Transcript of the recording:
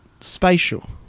spatial